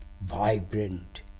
Vibrant